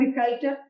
Agriculture